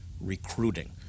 recruiting